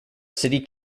city